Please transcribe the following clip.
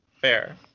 Fair